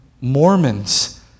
Mormons